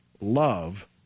love